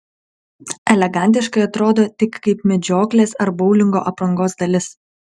elegantiškai atrodo tik kaip medžioklės ar boulingo aprangos dalis